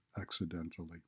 accidentally